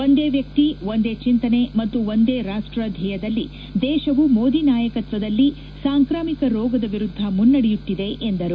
ಒಂದೇ ವ್ಯಕ್ತಿ ಒಂದೇ ಚಿಂತನೆ ಮತ್ತು ಒಂದೇ ರಾಷ್ಟ ಧ್ಯೇಯದಲ್ಲಿ ದೇಶವು ಮೋದಿ ನಾಯಕತ್ವದಲ್ಲಿ ಸಾಂಕ್ರಾಮಿಕ ರೋಗದ ವಿರುದ್ದ ಮುನ್ನಡೆಯುತ್ತಿದೆ ಎಂದರು